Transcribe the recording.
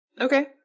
Okay